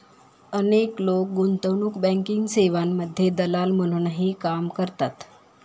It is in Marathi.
अनेक लोक गुंतवणूक बँकिंग सेवांमध्ये दलाल म्हणूनही काम करतात